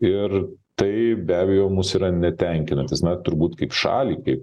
ir tai be abejo mus yra netenkinantis na turbūt kaip šaliai kaip